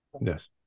Yes